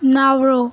Nauru